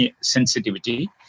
sensitivity